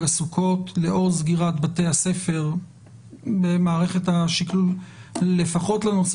הסוכות לאור סגירת בתי הספר במערכת השיקולים לפחות לנושא